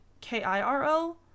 K-I-R-O